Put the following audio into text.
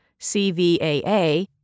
CVAA